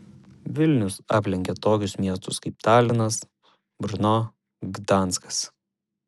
vilnius aplenkė tokius miestus kaip talinas brno gdanskas